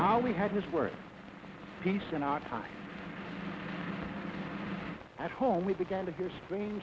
now we had his word peace in our time at home with the gallagher screen